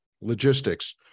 Logistics